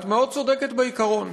את מאוד צודקת בעיקרון.